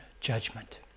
judgment